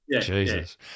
Jesus